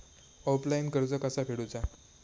Offline कर्ज कसा फेडूचा?